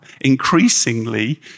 increasingly